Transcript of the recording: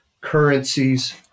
currencies